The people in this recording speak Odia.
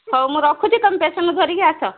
ହେଉ ମୁଁ ରଖୁଛି ତୁମେ ପେସେଣ୍ଟକୁ ଧରିକି ଆସ